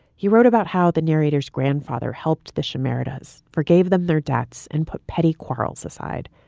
he wrote about how the narrator's grandfather helped the samaritans, forgave them their debts and put petty quarrels aside.